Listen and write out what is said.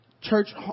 church